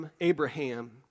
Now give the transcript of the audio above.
Abraham